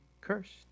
cursed